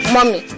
Mommy